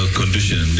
condition